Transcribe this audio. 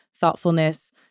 thoughtfulness